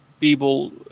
people